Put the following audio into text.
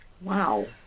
Wow